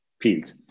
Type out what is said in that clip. field